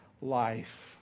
life